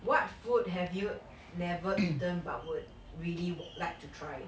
what food have you never eaten but would really like to try